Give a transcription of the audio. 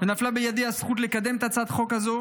ונפלה בידי הזכות לקדם את הצעת החוק הזו